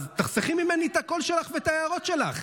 אז תחסכי ממני את הקול שלך ואת ההערות שלך.